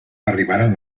arribaren